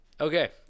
Okay